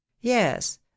yes